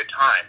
time